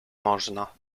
można